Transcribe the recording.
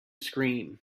scream